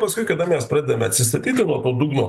paskui kada mes pradedame atsistatyti nuo to dugno